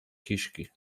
kiszki